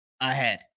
ahead